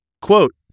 Quote